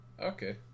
Okay